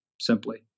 simply